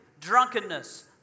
drunkenness